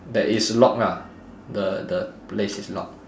there is lock lah the the place is lock